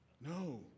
no